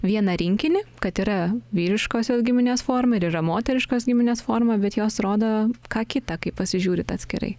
vieną rinkinį kad yra vyriškosios giminės forma ir yra moteriškos giminės forma bet jos rodo ką kita kai pasižiūrit atskirai